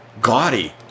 gaudy